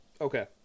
Okay